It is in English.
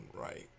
right